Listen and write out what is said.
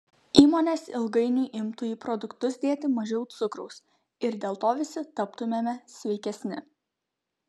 įmonės ilgainiui imtų į produktus dėti mažiau cukraus ir dėl to visi taptumėme sveikesni